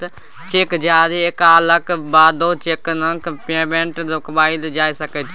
cheque जारी कएलाक बादो चैकक पेमेंट रोकबाएल जा सकै छै